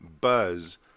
buzz